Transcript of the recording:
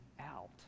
out